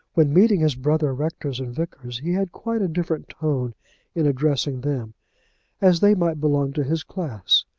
when meeting his brother rectors and vicars, he had quite a different tone in addressing them as they might belong to his class,